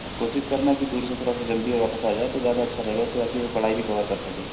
और कोशिश करना कि टूर से थोड़ा सा जल्दी वापस आ जाए तो ज़्यादा अच्छा रहेगा ताकि वो पढ़ाई भी कवर कर सके